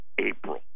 April